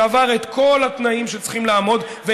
שעבר את כל התנאים שצריכים לעמוד בהם,